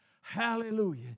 hallelujah